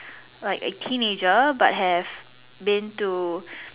like a teenager but have been to